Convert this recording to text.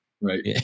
Right